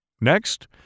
Next